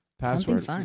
Password